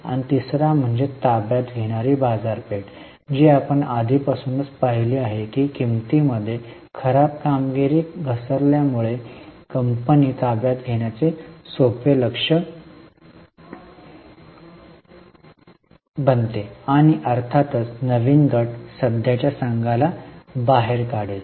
आणि तिसरा म्हणजे ताब्यात घेणारी बाजारपेठ जी आपण आधीपासूनच पाहिली आहे की किंमतींमध्ये खराब कामगिरी घसरल्यामुळे कंपनी ताब्यात घेण्याचे सोपे लक्ष्य बनते आणि अर्थातच नवीन गट सध्याच्या संघाला बाहेर काढेल